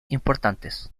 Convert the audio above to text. importantes